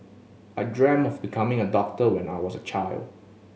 I dreamt of becoming a doctor when I was a child